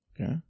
Okay